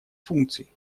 функций